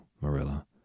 Marilla